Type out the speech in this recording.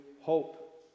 hope